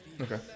Okay